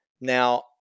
Now